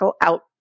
out